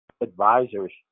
advisors